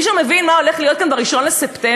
מישהו מבין מה הולך להיות כאן ב-1 בספטמבר?